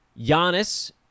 Giannis